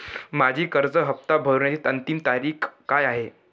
माझी कर्ज हफ्ता भरण्याची अंतिम तारीख काय आहे?